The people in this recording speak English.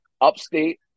Upstate